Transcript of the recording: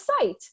site